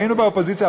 היינו באופוזיציה,